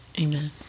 Amen